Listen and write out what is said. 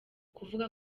kuvuga